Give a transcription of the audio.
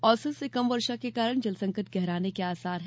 औसत से कम वर्षा के कारण जलसंकट गहराने के आसार है